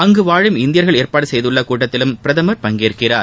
அங்கு வாழும் இந்தியர்கள் ஏற்பாடு செய்துள்ள கூட்டத்திலும் அவர் பங்கேற்கிறார்